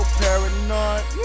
paranoid